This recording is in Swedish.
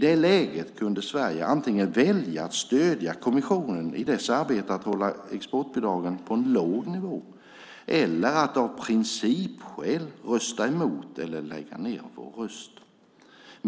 I det läget kunde Sverige antingen välja att stödja kommissionen i dess arbete att hålla exportbidragen på en låg nivå eller att av principskäl rösta emot eller lägga ned vår röst.